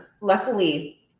luckily